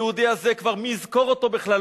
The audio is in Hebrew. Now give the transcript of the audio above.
היהודי הזה, מי יזכור אותו בכלל?